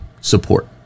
support